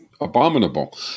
abominable